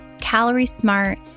calorie-smart